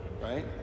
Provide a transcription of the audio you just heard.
right